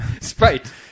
Sprite